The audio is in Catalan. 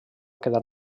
quedar